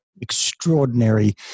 extraordinary